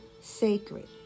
sacred